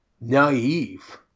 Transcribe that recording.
naive